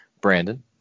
Brandon